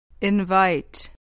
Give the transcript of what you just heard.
Invite